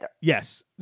Yes